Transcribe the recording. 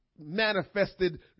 manifested